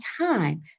time